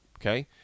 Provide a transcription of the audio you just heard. Okay